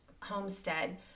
homestead